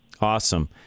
Awesome